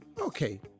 okay